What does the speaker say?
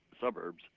suburbs